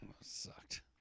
Sucked